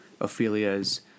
Ophelia's